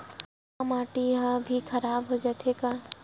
का माटी ह भी खराब हो जाथे का?